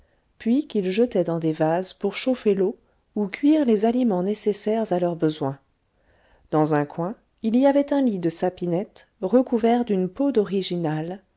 puis qu'ils jetaient dans des vases pour chauffer l'eau ou cuire les aliments nécessaires à leurs besoins dans un coin il y avait un lit de sapinette recouvert d'une peau d'original